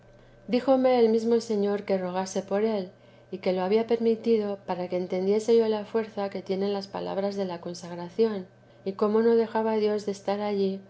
díjome el mesmo señor que rogase por él y que lo había permitido para que entendiese yo la fuerza que tienen las palabras de la consagración y cómo no deja dios de estar allí